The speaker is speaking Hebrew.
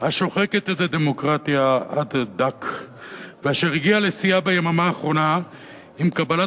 השוחקת את הדמוקרטיה עד דק ואשר הגיעה לשיאה ביממה האחרונה עם קבלת